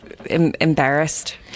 embarrassed